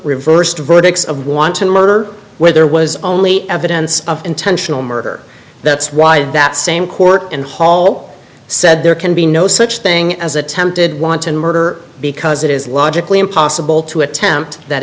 reversed verdicts of want to murder where there was only evidence of intentional murder that's why that same court in hall said there can be no such thing as attempted wanton murder because it is logically impossible to attempt that